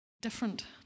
different